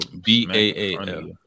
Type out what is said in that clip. B-A-A-L